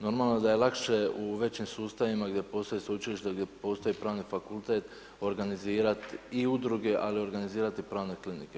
Normalno da je lakše u većim sustavima gdje postoje sveučilišta, gdje postoji pravni fakultet organizirat i udruge, ali i organizirat i pravne klinike.